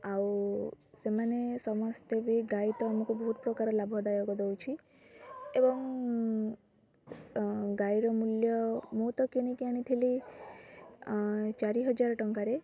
ଆଉ ସେମାନେ ସମସ୍ତେ ବି ଗାଈ ତ ଆମକୁ ବହୁତ ପ୍ରକାର ଲାଭଦାୟକ ଦଉଛି ଏବଂ ଗାଈର ମୂଲ୍ୟ ମୁଁ ତ କିଣିକି ଆଣିଥିଲି ଚାରି ହଜାର ଟଙ୍କାରେ